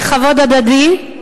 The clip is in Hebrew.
בכבוד הדדי,